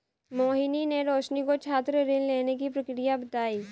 मोहिनी ने रोशनी को छात्र ऋण लेने की प्रक्रिया बताई